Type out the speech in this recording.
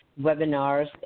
webinars